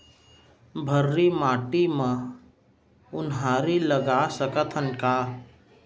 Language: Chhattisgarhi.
भर्री माटी म उनहारी लगा सकथन का?